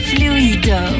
Fluido